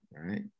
right